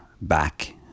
back